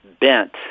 bent